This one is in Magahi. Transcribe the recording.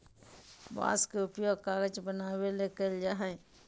बांस के उपयोग कागज बनावे ले कइल जाय हइ